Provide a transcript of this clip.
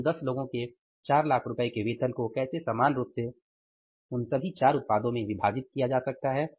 तो इन दस लोगों के 4 लाख रुपये के वेतन को कैसे समान रूप से उन सभी 4 उत्पादों में बांटा जा सकता है